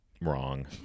Wrong